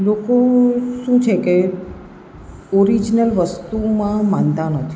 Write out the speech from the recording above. લોકો શું છે કે ઓરીજનલ વસ્તુમાં માનતા નથી